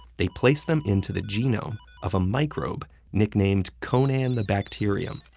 they placed them into the genome of a microbe nicknamed conan the bacterium.